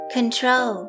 Control